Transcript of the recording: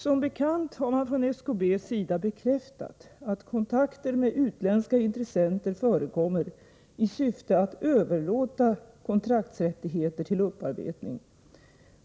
Som bekant har man från SKB:s sida bekräftat att kontakter med utländska intressenter förekom mer i syfte att överlåta kontraktsrättigheter till upparbetning.